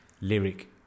lyric